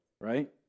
right